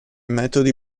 metodi